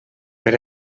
per